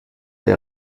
der